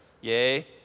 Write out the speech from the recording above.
Yay